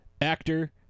Actor